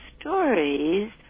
stories